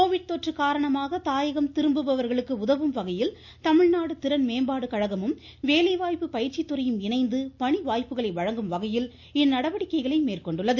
Covid தொற்று காரணமாக தாயகம் திரும்புபவர்களுக்கு உதவும் வகையில் தமிழ்நாடு திறன் மேம்பாடு கழகமும் வேலைவாய்ப்பு பயிற்சித்துறையும் இணைந்து பணி வாய்ப்புகளை வழங்கும் வகையில் இந்நடவடிக்கைகளை மேற்கொண்டுள்ளன